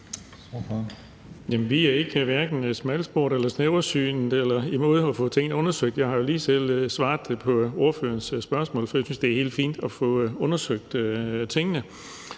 vi er hverken smalsporede eller snæversynede eller imod at få tingene undersøgt. Jeg har jo lige selv svaret på ordførerens spørgsmål, for jeg synes, det er helt fint at få undersøgt tingene.